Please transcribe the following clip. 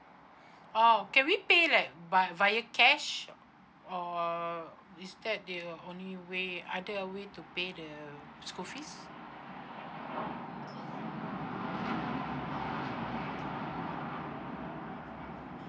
oh can we pay like by via cash or is that there're only way other way to pay the school fees